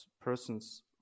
persons